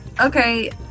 Okay